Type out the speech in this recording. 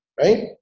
right